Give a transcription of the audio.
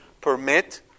permit